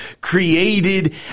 created